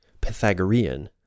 Pythagorean